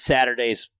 Saturdays